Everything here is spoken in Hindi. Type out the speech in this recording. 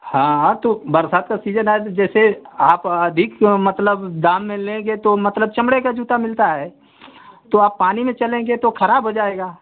हाँ तो बरसात का सीजन है तो जैसे आप अधिक मतलब दाम में लेंगे तो मतलब चमड़े का जूता मिलता है तो आप पानी में चलेंगे तो खराब हो जाएगा